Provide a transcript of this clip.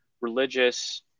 religious